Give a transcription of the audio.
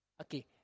Okay